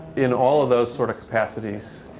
in all of those sort of capacities,